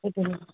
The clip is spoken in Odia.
ଗୋଟେ ଗୋଡ଼